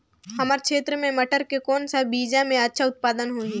हमर क्षेत्र मे मटर के कौन सा बीजा मे अच्छा उत्पादन होही?